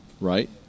right